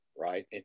right